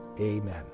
amen